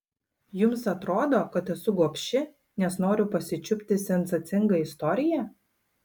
jums atrodo kad esu gobši nes noriu pasičiupti sensacingą istoriją